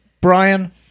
Brian